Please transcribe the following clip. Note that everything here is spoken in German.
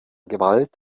gewalt